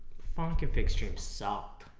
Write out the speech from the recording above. fontconfig stream so